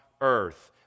earth